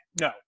No